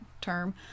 term